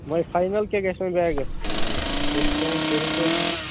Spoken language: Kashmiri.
وۄنۍ فاینَل کیٛاہ گَژھِ وۄنۍ بیگَس ڈِسکاوُنٹ کٔرِو تُہۍ